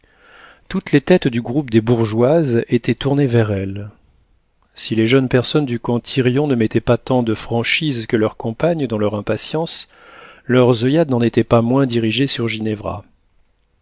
toutes les têtes du groupe des bourgeoises étaient tournées vers elle si les jeunes personnes du camp thirion ne mettaient pas tant de franchise que leurs compagnes dans leur impatience leurs oeillades n'en étaient pas moins dirigées sur